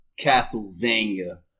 Castlevania